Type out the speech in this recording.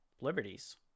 liberties